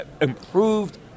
Improved